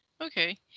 Okay